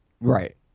Right